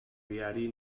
viari